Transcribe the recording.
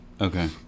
Okay